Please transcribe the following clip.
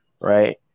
right